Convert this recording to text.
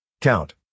count